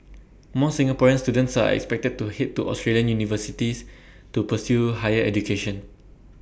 more Singaporean students are expected to Head to Australian universities to pursue higher education